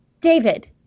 David